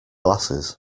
glasses